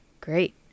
Great